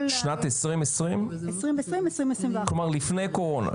2021-2020. כלומר, לפני הקורונה.